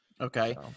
Okay